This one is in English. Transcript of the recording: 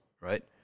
right